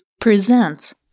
presents